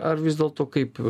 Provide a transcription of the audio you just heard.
ar vis dėlto kaip